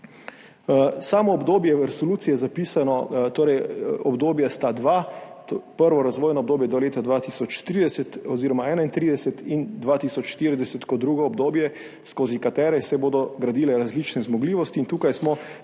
Sloveniji. V resoluciji sta zapisani dve obdobji, prvo razvojno obdobje do leta 2030 oziroma 2031 in 2040 kot drugo obdobje, skozi kateri se bodo gradile različne zmogljivosti in tukaj smo